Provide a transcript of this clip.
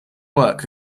work